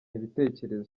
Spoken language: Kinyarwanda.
ibitekerezo